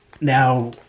now